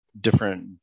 different